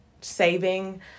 saving